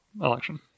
election